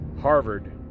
Harvard